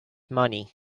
money